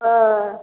ओ